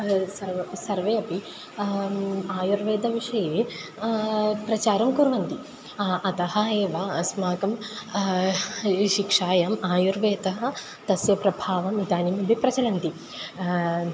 सर्वं सर्वे अपि आयुर्वेदविषये प्रचारं कुर्वन्ति अतः एव अस्माकं शिक्षायाम् आयुर्वेदः तस्य प्रभावम् इदानीमपि प्रचलन्ति